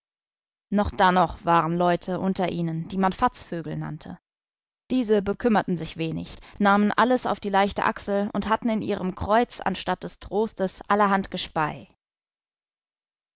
noch dannoch waren leute unter ihnen die man fatzvögel nannte diese bekümmerten sich wenig nahmen alles auf die leichte achsel und hatten in ihrem kreuz anstatt des trostes allerhand